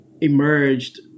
emerged